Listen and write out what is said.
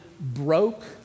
broke